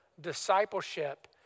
discipleship